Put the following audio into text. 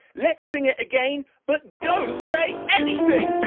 let's sing it again, but don't say anything,